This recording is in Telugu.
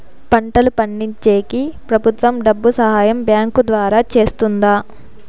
పంటలు పండించేకి ప్రభుత్వం డబ్బు సహాయం బ్యాంకు ద్వారా చేస్తుందా?